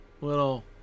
Little